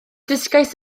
dysgais